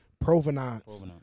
Provenance